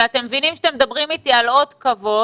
אבל אתם מבינים שאתם מדברים אתי על אות כבוד